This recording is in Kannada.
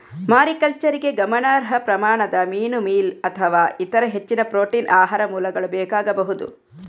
ಮಾರಿಕಲ್ಚರಿಗೆ ಗಮನಾರ್ಹ ಪ್ರಮಾಣದ ಮೀನು ಮೀಲ್ ಅಥವಾ ಇತರ ಹೆಚ್ಚಿನ ಪ್ರೋಟೀನ್ ಆಹಾರ ಮೂಲಗಳು ಬೇಕಾಗಬಹುದು